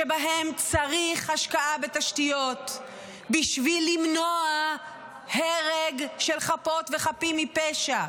שבהם צריך השקעה בתשתיות בשביל למנוע הרג של חפות וחפים מפשע,